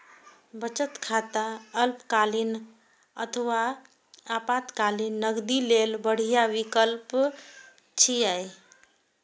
बचत खाता अल्पकालीन अथवा आपातकालीन नकदी लेल बढ़िया विकल्प छियै